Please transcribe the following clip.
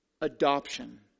adoption